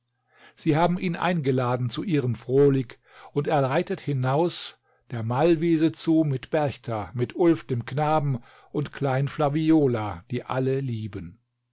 sie haben ihn eingelaben p ihrem grohlicf unb er reitet hinaus ber mit serdejta mit ulf bem knaben unb hein gfaoiola bie alle lieben